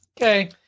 Okay